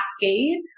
cascade